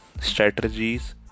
strategies